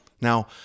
Now